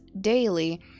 daily